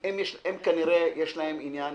--- כנראה יש להם עניין.